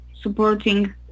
supporting